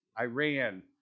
Iran